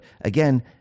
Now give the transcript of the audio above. again